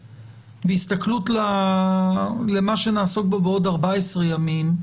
בהסתכלות על מה שנעסוק בו בעוד 14 ימים,